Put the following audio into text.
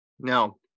Now